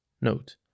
Note